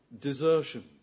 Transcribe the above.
desertion